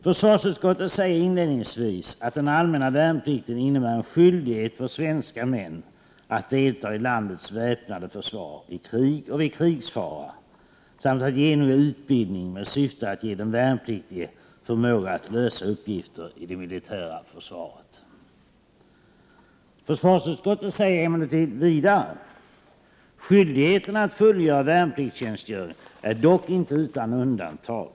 Försvarsutskottet säger inledningsvis: ”Den allmänna värnplikten innebär en skyldighet för svenska män att delta i landets väpnade försvar i krig och vid krigsfara samt att genomgå utbildning med syftet att ge den värnpliktige förmåga att lösa uppgifter i det militära försvaret.” Försvarsutskottet säger emellertid vidare: ”Skyldigheten att fullgöra värnpliktstjänstgöring är dock inte utan undan I3 tag.